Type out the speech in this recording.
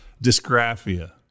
dysgraphia